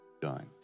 done